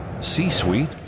C-Suite